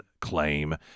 claim